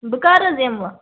بہٕ کَر حظ یِمہٕ وۅنۍ